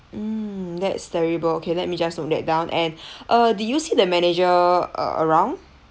mm that's terrible okay let me just note that down and uh did you see the manager uh around